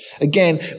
again